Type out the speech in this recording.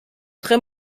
très